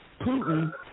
Putin